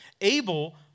Abel